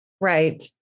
Right